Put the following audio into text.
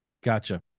Gotcha